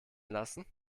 lassen